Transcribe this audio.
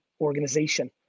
organization